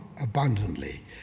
abundantly